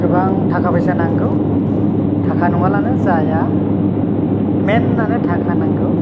गोबां थाखा फैसा नांगौ थाखा नंङाब्लानो जाया मैनआनो थाखा नांगौ